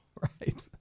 right